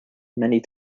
many